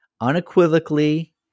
unequivocally